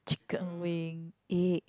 chicken wing egg